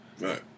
Right